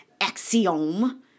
axiom